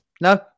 No